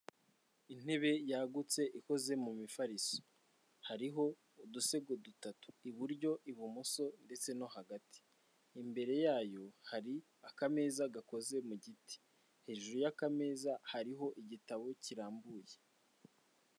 Intebe yagutse ikoze mu mifariso, hariho udusego dutatu iburyo, ibumoso ndetse no hagati, imbere yayo hari akameza gakoze mu giti, hejuru y'akameza hariho igitabo kirambuye.